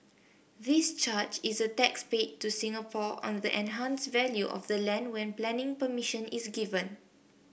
this charge is a tax paid to Singapore on the enhanced value of the land when planning permission is given